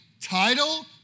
title